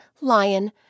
lion